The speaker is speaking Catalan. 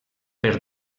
per